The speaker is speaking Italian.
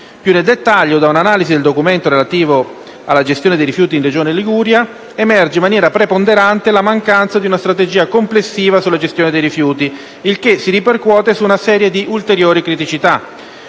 Più nel dettaglio, da un'analisi del documento relativo alla gestione dei rifiuti in Regione Liguria, emerge in maniera preponderante la mancanza di una strategia complessiva sulla gestione dei rifiuti, il che si ripercuote su una serie di ulteriori criticità.